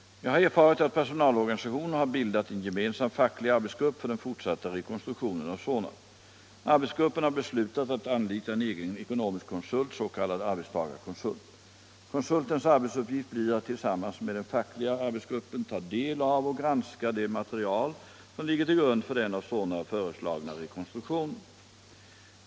Jag har erfarit att personalorganisationerna har bildat en gemensam facklig arbetsgrupp för den fortsatta rekonstruktionen av Sonab. Arbetsgruppen har beslutat att anlita en egen ekonomisk konsult, s.k.'arbetstagarkonsult. Konsultens arbetsuppgift blir att tillsammans med den fackliga arbetsgruppen ta del av och granska det material som ligger till grund för den av Sonab föreslagna rekonstruktionen.